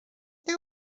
nie